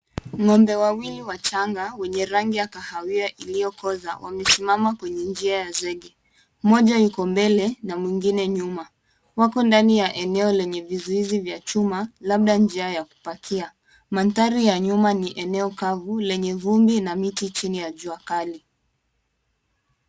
Ng'ombe wawili wachanga wa rangi ya kahawia ilikoza. Wamesimama nje ya zege. Mmoja yuko mbele na mwingine nyuma. Wako ndani ya eneo lenye vizuizi vya chuma vilipangwa kwa labda njia ya kupakia. Mandhari ya nyuma ni eneo kavu lenye vumbi na miti chini ya jua kali.